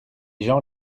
gens